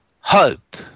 hope